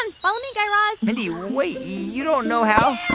and follow me, guy raz mindy, wait, you don't know how.